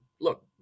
look